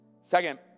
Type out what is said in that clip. Second